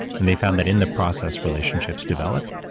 and they found that in the process relationships developed.